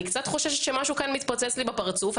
קצת חוששת שמשהו כאן מתפוצץ לי בפרצוף.